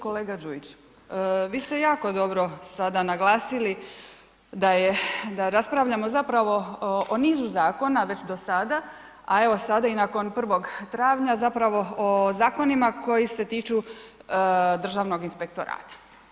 Kolega Đujić, vi ste jako dobro sada naglasili da raspravljamo zapravo o nizu zakona već dosada, a evo sada i nakon 1. travnja zapravo o zakonima koji se tiču Državnog inspektorata.